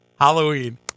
Halloween